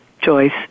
Joyce